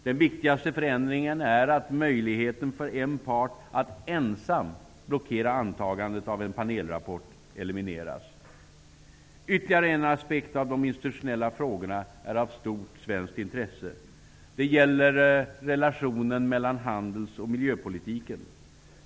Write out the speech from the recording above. Den viktigaste förändringen är att möjligheten för en part att ensam blockera antagandet av en panelrapport elimineras. Ytterligare en aspekt av de institutionella frågorna är av stort svenskt intresse. Det gäller relationen mellan handels och miljöpolitiken.